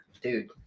dude